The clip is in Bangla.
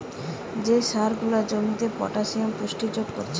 যে সার গুলা জমিতে পটাসিয়ামের পুষ্টি যোগ কোরছে